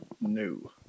no